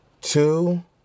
Two